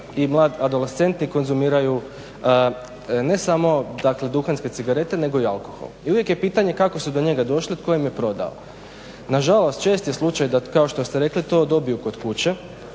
i mladi adolescenti konzumiraju ne samo dakle duhanske cigarete nego i alkohol i uvijek je pitanje kako su do njega došli, tko im je prodao. Nažalost čest je slučaj da kao što ste rekli to dobiju kod kuće.